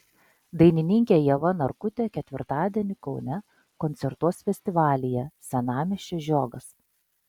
dainininkė ieva narkutė ketvirtadienį kaune koncertuos festivalyje senamiesčio žiogas